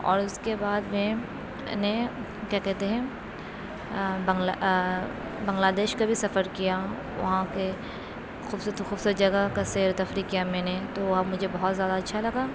اور اس کے بعد میں نے کیا کہتے ہیں بنگلہ بنگلہ دیش کا بھی سفر کیا وہاں کے خوبصورت خوبصورت جگہ کا سیر و تفریح کیا میں نے تو وہاں مجھے بہت زیادہ اچھا لگا